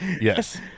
Yes